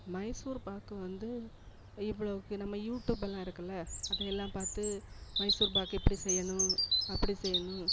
மைசூர் பாக்கு வந்து இவ்வளோக்கு நம்ம யூடியூப்பெல்லாம் இருக்கில்ல அது எல்லாம் பார்த்து மைசூர் பாக்கு இப்படி செய்யணும் அப்படி செய்யணும்